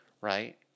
right